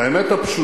הצבעת, האמת הפשוטה,